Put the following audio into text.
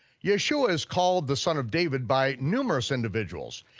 yeshua is called the son of david by numerous individuals,